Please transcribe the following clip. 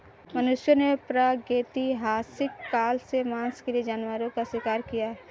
मनुष्यों ने प्रागैतिहासिक काल से मांस के लिए जानवरों का शिकार किया है